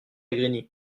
grigny